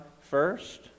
first